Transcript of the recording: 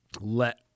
let